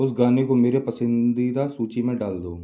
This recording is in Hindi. उस गाने को मेरी पसंदीदा सूची में डाल दो